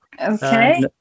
Okay